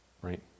Right